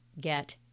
get